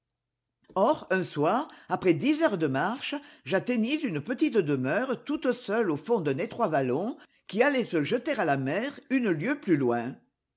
or un soir après dix heures de marche j'atteignis une petite demeure toute seule au fond d'un étroit vallon qui allait se jeter à la mer une lieue plus loin